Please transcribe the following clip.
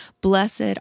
blessed